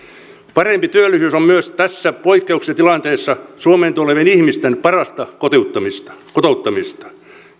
parempi työllisyys on myös tässä poikkeuksellisessa tilanteessa suomeen tulevien ihmisten parasta kotouttamista kotouttamista